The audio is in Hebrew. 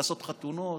לעשות חתונות,